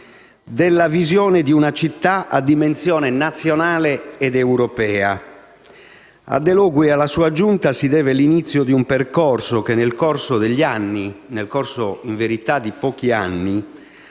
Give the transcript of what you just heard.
e la visione di una città a dimensione nazionale ed europea. A Delogu e alla sua giunta si deve l'inizio di un percorso che, nel corso degli anni (in verità pochi),